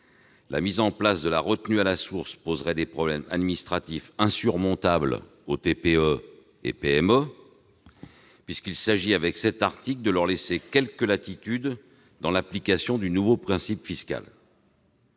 La mise en place de la retenue à la source poserait de tels problèmes administratifs insurmontables pour les TPE et PME qu'il s'agirait, à travers cet article, de leur laisser quelque latitude dans l'application du nouveau principe fiscal